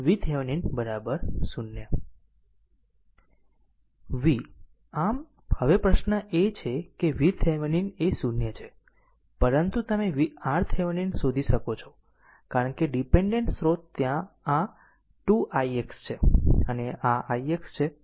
V V આમ હવે પ્રશ્ન એ છે કે VThevenin એ 0 છે પરંતુ તમે RThevenin શોધી શકો છો કારણ કે ડીપેન્ડેન્ટ સ્ત્રોત ત્યાં આ 2 ix છે અને આ ix છે